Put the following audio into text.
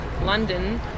London